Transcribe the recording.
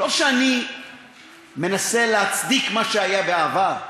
לא שאני מנסה להצדיק את מה שהיה בעבר,